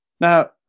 Now